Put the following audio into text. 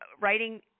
writing